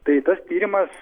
tai tas tyrimas